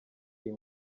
iyi